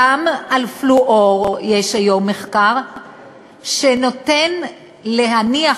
גם על פלואור יש היום מחקר שנותן להניח